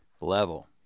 level